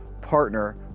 partner